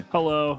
Hello